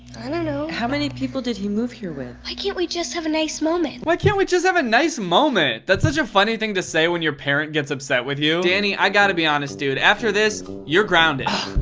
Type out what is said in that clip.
i don't know. how many people did he move here with? why can't we just have a nice moment? why can't we just have a nice moment. that's such a funny thing to say when your parent gets upset with you. danny, i gotta be honest dude. after this, you're grounded.